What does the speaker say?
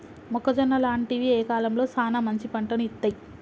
మొక్కజొన్న లాంటివి ఏ కాలంలో సానా మంచి పంటను ఇత్తయ్?